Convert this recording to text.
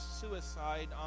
suicide